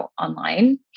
online